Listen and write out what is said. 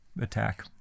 attack